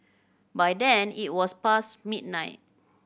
by then it was past midnight